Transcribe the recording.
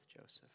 Joseph